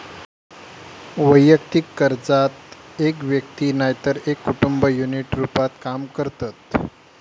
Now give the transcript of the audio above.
वैयक्तिक कर्जात एक व्यक्ती नायतर एक कुटुंब युनिट रूपात काम करतत